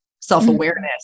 self-awareness